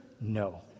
No